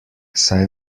saj